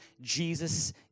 Jesus